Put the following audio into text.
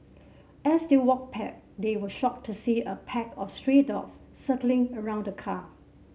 as they walked pack they were shocked to see a pack of stray dogs circling around the car